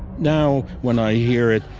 now when i hear it,